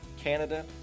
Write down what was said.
Canada